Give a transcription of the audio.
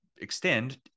extend